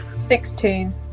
Sixteen